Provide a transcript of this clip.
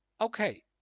okay